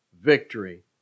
victory